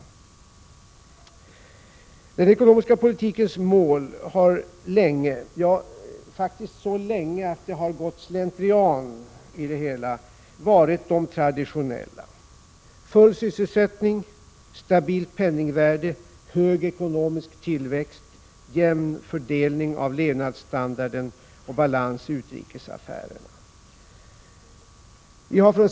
Den ekonomiska politikens mål har länge — faktiskt så länge att det har gått slentrian i begreppet — varit de traditionella: Full sysselsättning, stabilt penningvärde, hög ekonomisk tillväxt, jämn fördelning av levnadsstandarden och balans i utrikesaffärerna.